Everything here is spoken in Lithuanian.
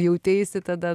jauteisi tada